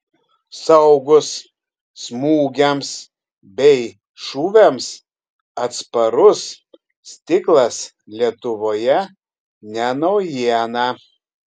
saugus smūgiams bei šūviams atsparus stiklas lietuvoje ne naujiena